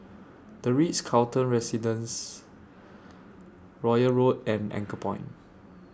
The Ritz Carlton Residences Royal Road and Anchorpoint